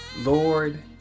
Lord